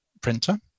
printer